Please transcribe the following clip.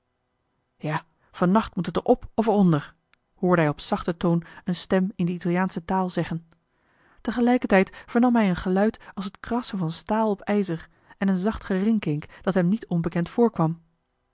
ja vannacht moet het er op of er onder hoorde hij op zachten toon een stem in de italiaansche taal zeggen tegelijkertijd vernam hij een geluid als het krassen van staal op ijzer en een zacht gerinkink dat hem niet onbekend voorkwam